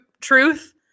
truth